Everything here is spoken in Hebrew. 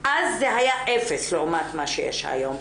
אז זה היה אפס לעומת מה שיש היום,